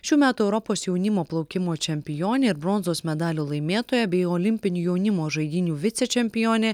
šių metų europos jaunimo plaukimo čempionė ir bronzos medalio laimėtoja bei olimpinių jaunimo žaidynių vicečempionė